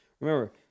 Remember